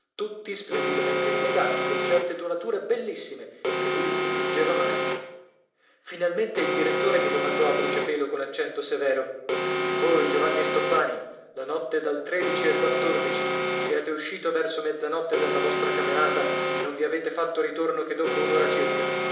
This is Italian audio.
tutti splendidamente rilegati con certe dorature bellissime e che lui non leggeva mai finalmente il direttore mi domandò a bruciapelo con accento severo voi giovanni stoppani la notte dal al siete uscito verso mezzanotte dalla vostra camerata e non vi avete fatto ritorno che dopo un'ora circa